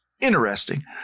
Interesting